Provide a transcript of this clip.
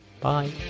Bye